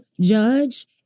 judge